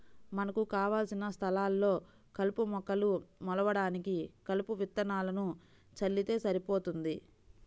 మనకు కావలసిన స్థలాల్లో కలుపు మొక్కలు మొలవడానికి కలుపు విత్తనాలను చల్లితే సరిపోతుంది